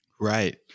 Right